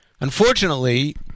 Unfortunately